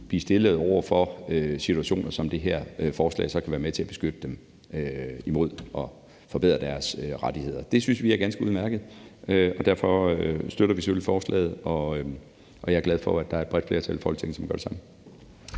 blive stillet over for situationer, hvor det her forslag så kan være med til at beskytte dem og forbedre deres rettigheder. Det synes vi er ganske udmærket, og derfor støtter vi selvfølgelig forslaget, og jeg er glad for, at der er et bredt flertal i Folketinget, som gør det samme.